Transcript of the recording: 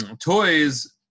toys